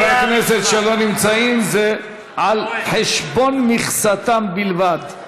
חברי הכנסת שלא נמצאים, זה על חשבון מכסתם בלבד.